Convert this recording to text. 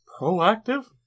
proactive